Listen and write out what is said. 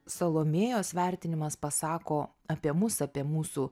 salomėjos vertinimas pasako apie mus apie mūsų